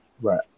Right